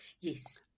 Yes